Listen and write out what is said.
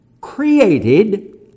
created